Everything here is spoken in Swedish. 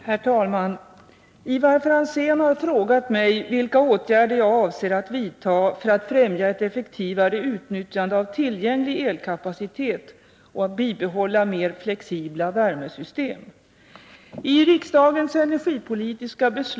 Herr talman! Ivar Franzén har frågat mig vilka åtgärder jag avser att vidta för att främja ett effektivare utnyttjande av tillgänglig elkapacitet och bibehålla mer flexibla värmesystem.